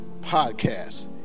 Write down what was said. podcast